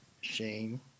shame